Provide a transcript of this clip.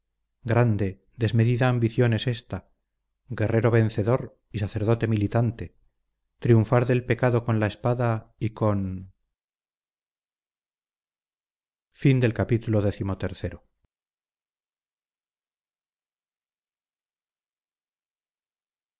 grande desmedida ambición es ésta guerrero vencedor y sacerdote militante triunfar del pecado con la espada y con